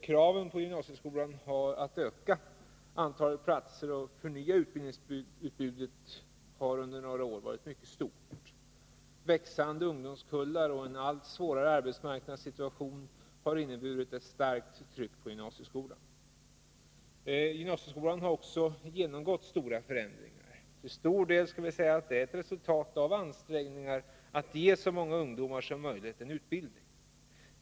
Kraven på gymnasieskolan att öka antalet platser och förnya utbildningsutbudet har under några år varit mycket stort. Växande ungdomskullar och en allt svårare arbetsmarknadssituation har inneburit ett starkt tryck på gymnasieskolan. Gymnasieskolan har också genomgått stora förändringar. Till stor del är det ett resultat av ansträngningar att ge så många ungdomar som möjligt en utbildning.